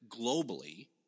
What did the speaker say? globally